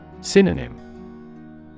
Synonym